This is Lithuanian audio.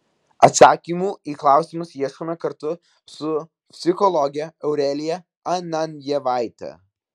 atsakymų į klausimus ieškome kartu su psichologe aurelija ananjevaite